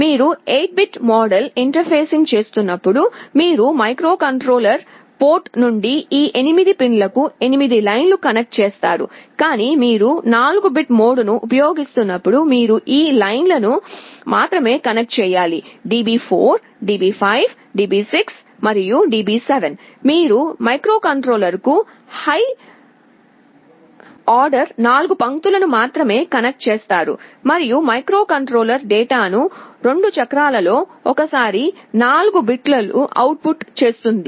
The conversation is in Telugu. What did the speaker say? మీరు 8 బిట్ మోడ్లో ఇంటర్ఫేసింగ్ చేస్తున్నప్పుడు మీరు మైక్రోకంట్రోలర్ పోర్ట్ నుండి ఈ 8 పిన్ లకు 8 లైన్లను కనెక్ట్ చేస్తారు కానీ మీరు 4 బిట్ మోడ్ను ఉపయోగిస్తున్నప్పుడు మీరు ఈ 4 లైన్లను మాత్రమే కనెక్ట్ చేయాలి D4 DB5 DB6 మరియు DB7 మీరు మైక్రోకంట్రోలర్కు హై ఆర్డర్ 4 పంక్తులను మాత్రమే కనెక్ట్ చేస్తారు మరియు మైక్రోకంట్రోలర్ డేటాను 2 చక్రాలలో ఒకేసారి 4 బిట్లలో అవుట్పుట్ చేస్తుంది